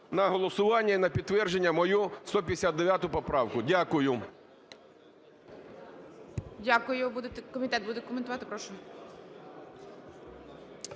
на голосування і на підтвердження мою 159 поправку. Дякую.